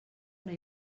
una